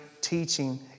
teaching